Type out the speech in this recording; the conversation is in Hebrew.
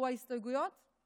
שההסתייגויות הוסרו?